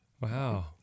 Wow